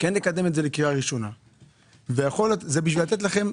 שיש לקדם את זה לקריאה הראשונה וזה יהיה